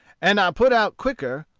and i put out quicker,